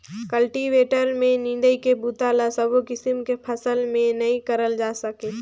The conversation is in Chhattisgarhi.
कल्टीवेटर में निंदई के बूता ल सबो किसम के फसल में नइ करल जाए सके